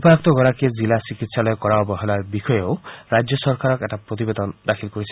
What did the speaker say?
উপায়ুক্ত গৰাকীয়ে জিলা চিকিৎসালয়ে কৰা অৱহেলাৰ বিষয়ে ৰাজ্য চৰকাৰক এটা প্ৰতিবেদন দাখিল কৰিছে